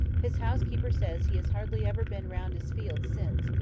his housekeeper says he has hardly ever been round his fields since,